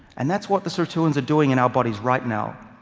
and that's what the sirtuins are doing in our bodies right now.